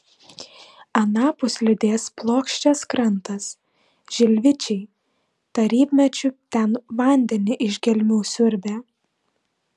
anapus lydės plokščias krantas žilvičiai tarybmečiu ten vandenį iš gelmių siurbė